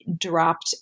dropped